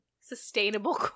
sustainable